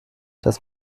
das